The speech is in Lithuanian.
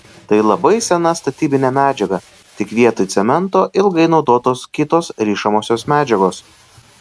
tai labai sena statybinė medžiaga tik vietoj cemento ilgai naudotos kitos rišamosios medžiagos